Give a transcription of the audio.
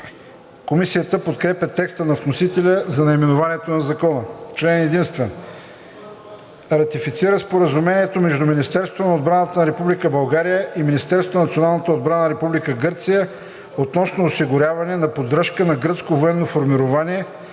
Комисията подкрепя текста на вносителя за наименованието на закона. „Член единствен.